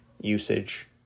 usage